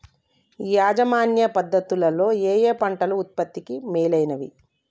యాజమాన్య పద్ధతు లలో ఏయే పంటలు ఉత్పత్తికి మేలైనవి?